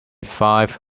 five